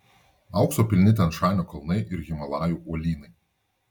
aukso pilni tian šanio kalnai ir himalajų uolynai